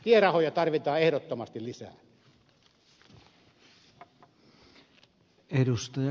tierahoja tarvitaan ehdottomasti lisää